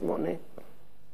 היה דיון ראשוני.